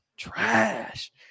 Trash